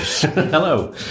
Hello